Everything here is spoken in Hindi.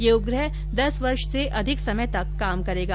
यह उपग्रह दस वर्ष से अधिक समय तक काम करेगा